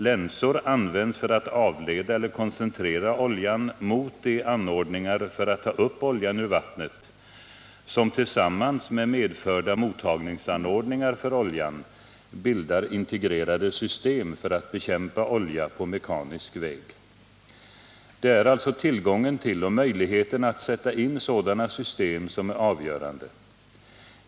Länsor används för att avleda eller koncentrera oljan mot de anordningar för att ta upp oljan ur vattnet som tillsammans med medförda mottagningsanordningar för oljan bildar integrerade system för att bekämpa olja på mekanisk väg. Det är alltså tillgången till och möjligheterna att sätta in sådana system som är avgörande.